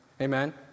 Amen